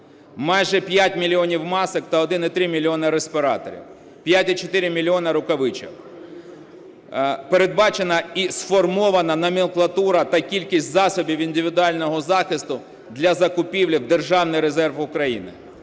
майже п'ять мільйонів масок та 1,3 мільйони респіраторів, 5,4 мільйони рукавичок. Передбачена і сформована номенклатура та кількість засобів індивідуального захисту для закупівель в Державний резерв України.